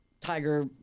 tiger